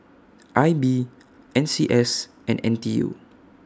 I B N C S and N T U